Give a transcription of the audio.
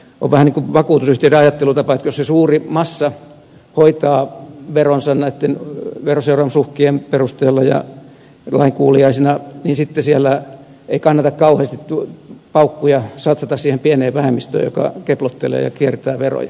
on vähän niin kuin vakuutusyhtiöiden ajattelutapa että jos se suuri massa hoitaa veronsa näitten veroseuraamusuhkien perusteella ja lainkuuliaisina sitten siellä ei kannata kauheasti paukkuja satsata siihen pieneen vähemmistöön joka keplottelee ja kiertää veroja